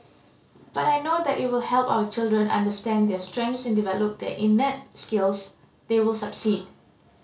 but I know that it will help our children understand their strengths and develop their innate skills they will succeed